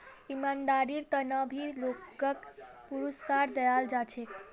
ईमानदारीर त न भी लोगक पुरुस्कार दयाल जा छेक